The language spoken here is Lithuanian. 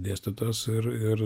dėstytojas ir ir